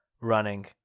running